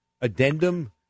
addendum